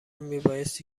میبایستی